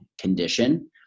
condition